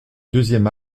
deuxième